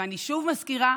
ואני שוב מזכירה: